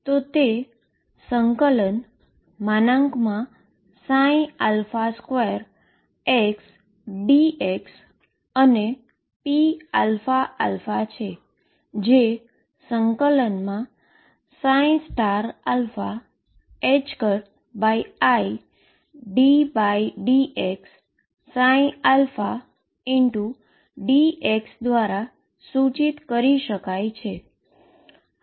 તો તે ∫2xdx અને pαα છે જે ∫iddx dx દ્વારા સૂચિત કરી શકાય છે